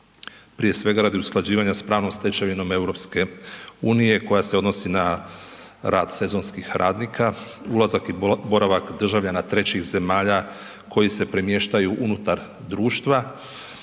Prije svega radi usklađivanja s pravnom stečevinom EU koja se odnosi na rad sezonskih radnika, ulazak i boravak državljana trećih zemalja koji se premještaju unutar društva